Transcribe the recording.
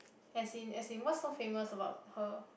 as in as in what's so famous about her